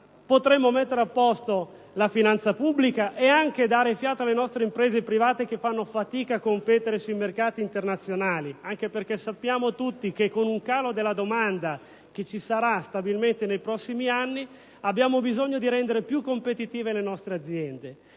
potremmo mettere a posto la finanza pubblica e anche dare fiato alle nostre imprese private che fanno fatica a competere sui mercati internazionali, anche perché sappiamo tutti che con un calo della domanda che si registrerà stabilmente nei prossimi anni abbiamo bisogno di rendere più competitive le nostre aziende.